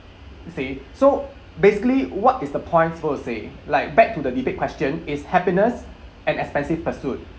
they so basically what is the point so to say like back to the debate question is happiness an expensive pursuit